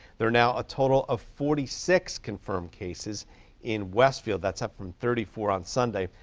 there are now a total of forty six confirmed cases in westfield. that's up from thirty four on sunday.